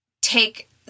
take